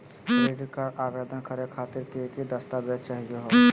Credit card आवेदन करे खातिर की की दस्तावेज चाहीयो हो?